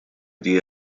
die